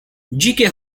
dzikie